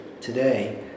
today